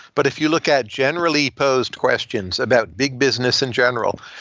but if you look at generally posed questions about big business in general,